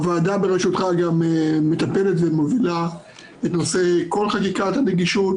הוועדה בראשותך גם מטפלת ומובילה את נושא כל חקיקת הנגישות